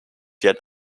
yet